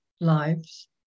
lives